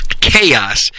chaos